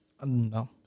No